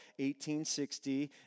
1860